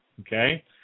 Okay